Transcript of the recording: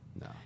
No